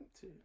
two